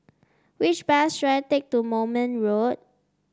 which bus should I take to Moulmein Road